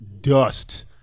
dust